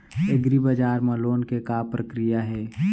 एग्रीबजार मा लोन के का प्रक्रिया हे?